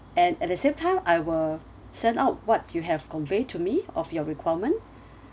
and at the same time I will send out what you have convey to me of your requirement